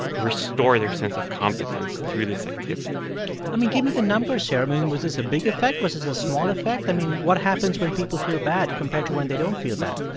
restore their sense of competence through this activity i mean, give me the numbers here. was this a big effect? was this a small effect? i mean, what happens when people feel bad compared to when they don't feel bad?